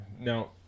now